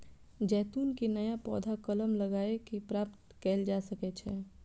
जैतून के नया पौधा कलम लगाए कें प्राप्त कैल जा सकै छै